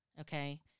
okay